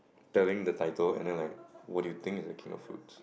telling the title and then like what do you think is the king of fruits